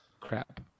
crap